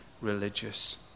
religious